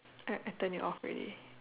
I I turn it off already